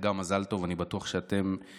אני בטוח שאתם מתרגשים,